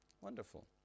Wonderful